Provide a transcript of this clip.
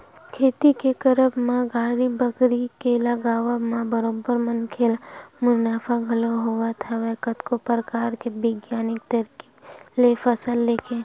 खेती के करब म बाड़ी बखरी के लगावब म बरोबर मनखे ल मुनाफा घलोक होवत हवय कतको परकार के बिग्यानिक तरकीब ले फसल लेके